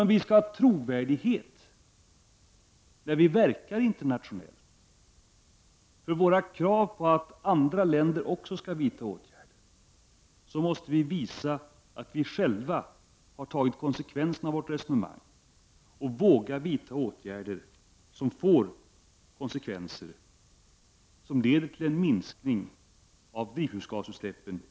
Om vi skall bli trovärdiga när vi verkar internationellt för våra krav på att andra länder skall vidta åtgärder, måste vi dock visa att vi själva har tagit konsekvenserna av vårt resonemang och att vi vågar vidta åtgärder som leder till en minskning av drivhuseffekten i vårt land.